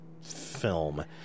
film